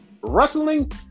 Wrestling